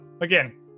again